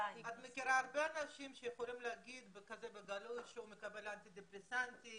את מכירה הרבה אנשים שיכולים להגיד בגלוי שהם מקבלים אנטידפרסנטים,